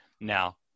Now